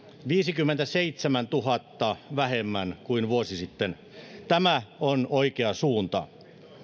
viidenkymmenenseitsemäntuhannen vähemmän kuin vuosi sitten tämä on oikea suunta